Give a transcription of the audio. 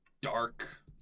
dark